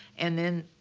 and then